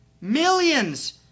Millions